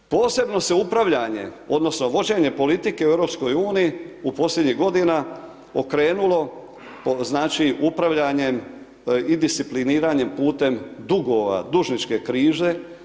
Posebno se upravljanje, odnosno, vođenje politike u EU, u posljednjih godina okrenulo upravljanjem i discipliniranjem putem dugova, dužničke krize.